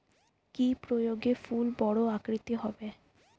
কি প্রয়োগে ফুল বড় আকৃতি হবে?